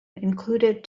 included